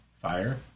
fire